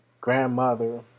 grandmother